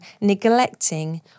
neglecting